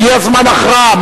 הגיע זמן הכרעה.